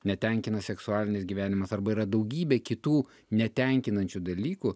netenkina seksualinis gyvenimas arba yra daugybė kitų netenkinančių dalykų